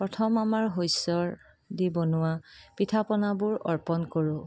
প্ৰথম আমাৰ শস্যৰ দি বনোৱা পিঠা পনাবোৰ অৰ্পন কৰোঁ